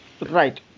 Right